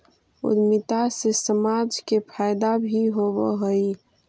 उद्यमिता से समाज के फायदा भी होवऽ हई